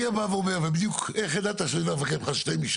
אני בטוח שבערה של כל אנשי המקצוע שנוכחים כאן באמת נבין.